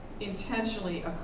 intentionally